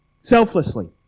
selflessly